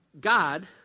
God